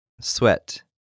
Sweat